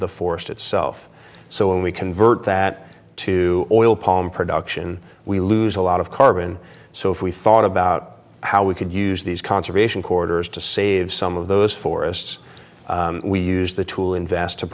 the forest itself so when we convert that to oil palm production we lose a lot of carbon so if we thought about how we could use these conservation corridors to save some of those forests we used the tool invest to